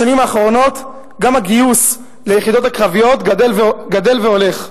בשנים האחרונות גם הגיוס ליחידות הקרביות גדל והולך.